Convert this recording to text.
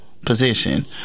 Position